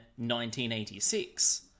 1986